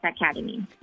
Academy